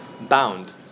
bound